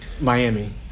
Miami